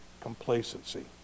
complacency